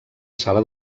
sala